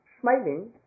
smiling